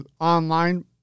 online